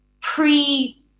pre